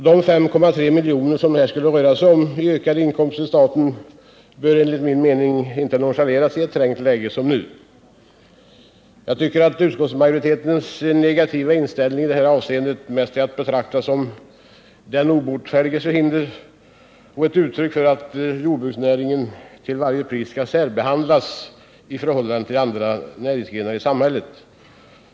De 5,3 milj.kr. det här skulle röra sig om i ökade inkomster till staten bör, enligt min mening, inte nonchaleras i ett trängt läge som det nuvarande. Jag tycker att utskottsmajoritetens negativa inställning i det här avseendet mest är att betrakta som den obotfärdiges förhinder och ett uttryck för att jordbruksnäringen till varje pris skall särbehandlas i förhållande till andra näringsgrenar i samhället.